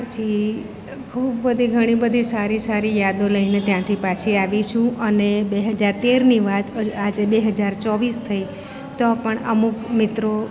પછી ખૂબ બધી ઘણી બધી સારી સારી યાદો લઈને ત્યાંથી પાછી આવી છું અને બે હજાર તેરની વાત આજે બે હજાર ચોવીસ થઈ તો પણ અમુક મિત્રો